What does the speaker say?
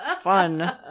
Fun